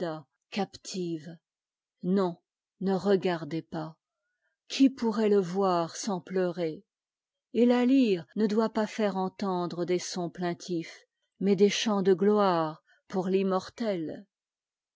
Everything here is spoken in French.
captive non ne regardez pas qui pourrait le voir sans pleurer p et là lyre ne doit pas faire entendre des sons p aintifs mais des chants de gloirè pour l'im